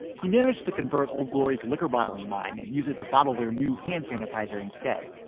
he managed to convert old glory's liquor bottling line and use it to bottle their new hand sanitizer instead.